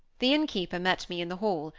the innkeeper met me in the hall,